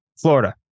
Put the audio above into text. Florida